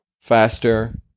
faster